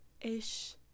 ish